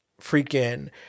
freaking